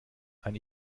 ein